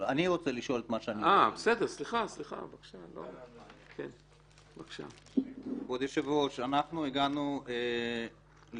רוצה לשאול: כבוד היושב ראש, אנחנו הגענו לסיכומים